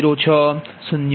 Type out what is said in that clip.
0832 0